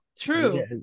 True